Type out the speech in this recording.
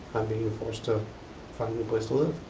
i'm being forced to find a new place to live.